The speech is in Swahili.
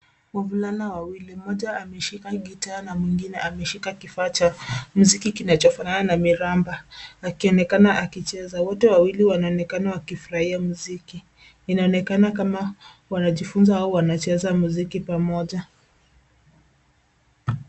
Wavulana wawili, mmoja ameshika gitaa na mwingine ameshika kifaa cha muziki kinachofanana na miramba akionekana akicheza. Wote wawili wanaonekana wakifurahia muziki. Inaonekana kama wanajifuza au wanacheza muziki pamoja.